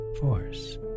force